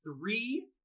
three